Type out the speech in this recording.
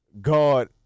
God